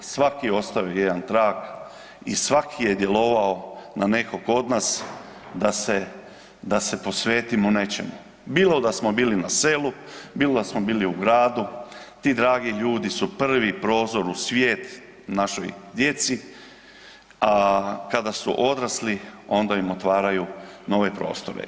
Svaki je ostavio jedan trag i svaki je djelovao na nekog od nas da se posvetimo nečemu, bilo da smo bili na selu, bilo da smo bili u gradu, ti dragi ljudi su prvi prozor u svijet našoj djeci, a kada su odrasli onda im otvaraju nove prostore.